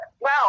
wow